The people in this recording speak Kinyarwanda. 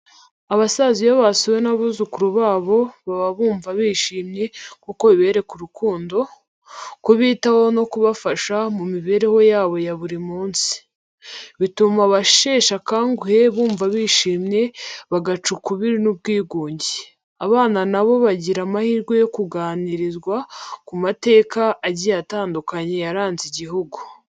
Abasaza iyo basuwe n'abuzukuru babo baba bumva bishimye kuko bibereka urukundo, kubitaho no kubafasha mu mibereho yabo ya buri munsi. Bituma abasheshe akanguhe bumva bishimye, bagaca ukubiri n’ubwigunge. Abana nabo bagira amahirwe yo kuganirizwa ku mateka agiye atandukanye yaranze igihugu.